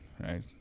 right